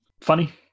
Funny